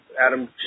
Adam